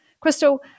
Crystal